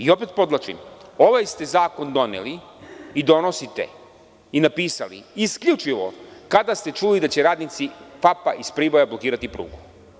Opet podvlačim, ovaj ste zakon doneli i donosite i napisali isključivo kada ste čuli da će radnici FAP-a iz Priboja blokirati prugu.